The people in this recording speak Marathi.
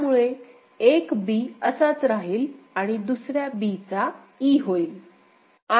त्यामुळे एक b असाच राहील आणि दुसऱ्या b चा e होईल